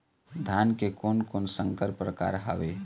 धान के कोन कोन संकर परकार हावे?